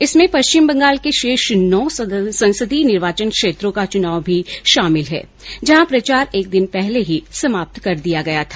इसमें पश्चिम बंगाल के शेष नौ संसदीय निर्वाचन क्षेत्रों का चुनाव भी शामिल हैं जहां प्रचार एक दिन पहले ही समाप्त कर दिया गया था